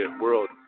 world